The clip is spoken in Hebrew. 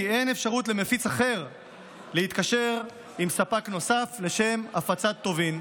אין אפשרות למפיץ אחר להתקשר עם ספק נוסף לשם הפצת טובין,